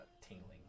tingling